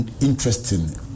interesting